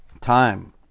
Time